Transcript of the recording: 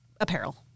apparel